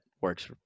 works